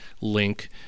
link